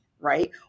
right